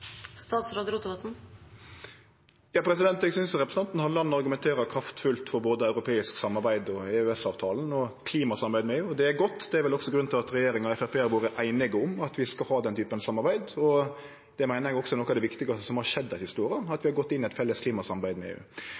Eg synest representanten Halleland argumenterer kraftfullt for både europeisk samarbeid, EØS-avtalen og klimasamarbeid med EU, og det er godt. Det er vel også grunnen til at regjeringa og Framstegspartiet har vore einige om at vi skal ha den typen samarbeid, og det meiner eg også er noko av det viktigaste som har skjedd dei siste åra, at vi har gått inn i eit felles klimasamarbeid med EU.